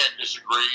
disagree